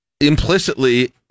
implicitly